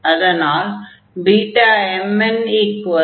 அதனால் Bmnm 1